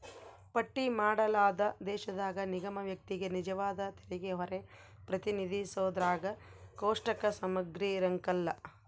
ಪಟ್ಟಿ ಮಾಡಲಾದ ದೇಶದಾಗ ನಿಗಮ ವ್ಯಕ್ತಿಗೆ ನಿಜವಾದ ತೆರಿಗೆಹೊರೆ ಪ್ರತಿನಿಧಿಸೋದ್ರಾಗ ಕೋಷ್ಟಕ ಸಮಗ್ರಿರಂಕಲ್ಲ